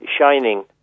shining